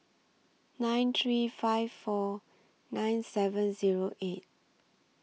nine three five four nine seven Zero eight